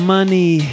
Money